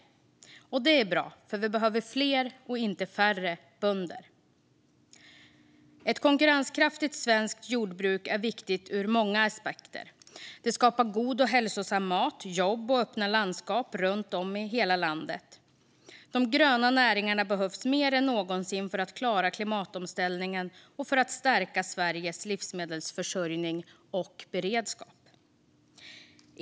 Det är bra, för vi behöver fler och inte färre bönder! Ett konkurrenskraftigt svenskt jordbruk är viktigt ur många aspekter. Det skapar god och hälsosam mat, jobb och öppna landskap runt om i hela landet. De gröna näringarna behövs mer än någonsin för att klara klimatomställningen och för att stärka Sveriges livsmedelsförsörjning och beredskap.